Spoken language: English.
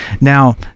Now